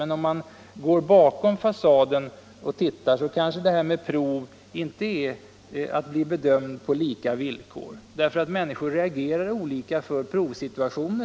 Men om man ser bakom fasaden kanske systemet med prov inte är att bli bedömd på lika villkor, helt enkelt därför att människor reagerar olika i en provsituation.